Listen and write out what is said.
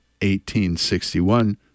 1861